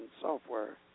software